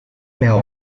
mail